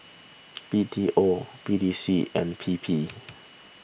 B T O P T C and P P